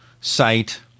site